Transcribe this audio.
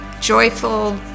joyful